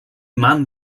man